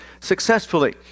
successfully